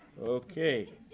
Okay